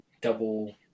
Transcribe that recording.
double